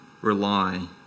rely